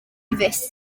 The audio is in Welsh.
dafis